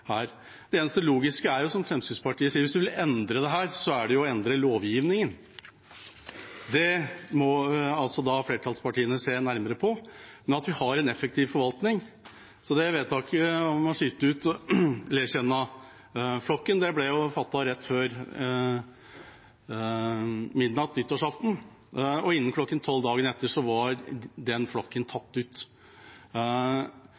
her. Det eneste logiske er jo, som Fremskrittspartiet gjør, å si at hvis en vil endre dette, må en endre lovgivningen. Det må da flertallspartiene se nærmere på. Vi har en effektiv forvaltning. Vedtaket om å skyte ut Letjenna-flokken ble fattet rett før midnatt nyttårsaften, og innen kl. 12 dagen etter var den flokken